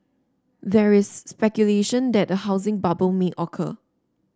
there is speculation that a housing bubble may occur